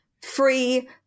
free